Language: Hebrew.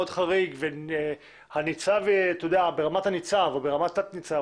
חריג וקצין ברמת ניצב או ברמת תת-ניצב,